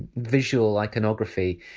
visual iconography.